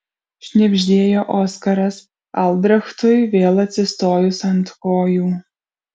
šnibždėjo oskaras albrechtui vėl atsistojus ant kojų